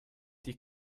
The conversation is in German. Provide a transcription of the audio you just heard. die